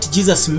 Jesus